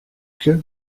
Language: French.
que